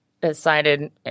decided –